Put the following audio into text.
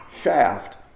shaft